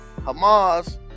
Hamas